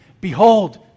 Behold